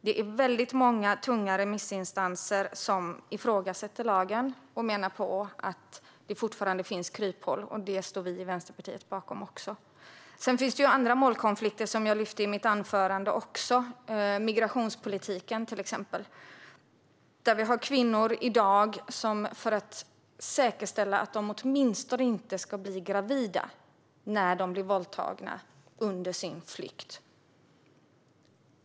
Det är många tunga remissinstanser som ifrågasätter lagen och menar att det fortfarande finns kryphål. Denna kritik ställer vi i Vänsterpartiet oss bakom. Det finns andra målkonflikter, som jag också tog upp i mitt anförande, till exempel migrationspolitiken. Det finns i dag kvinnor som vill säkerställa att de åtminstone inte blir gravida när de blir våldtagna under sin flykt.